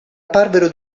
apparvero